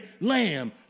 lamb